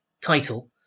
title